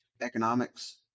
Economics